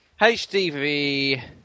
HDV